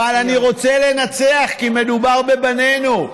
אבל אני רוצה לנצח, כי מדובר בבנינו,